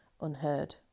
unheard